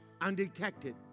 undetected